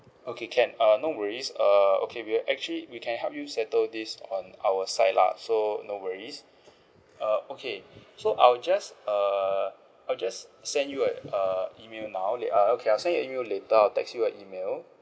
okay can uh no worries err okay we'll actually we can help you settle this on our side lah so no worries uh okay so I'll just err I'll just send you a err email now le~ ah okay I'll send you a email later I'll text you a email